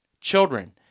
Children